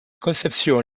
conception